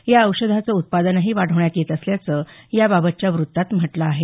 या औषधाचं उत्पादनही वाढवण्यात येत असल्याचं याबाबतच्या वृत्तात म्हटलं आहे